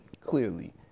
clearly